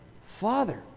Father